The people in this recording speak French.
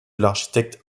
l’architecte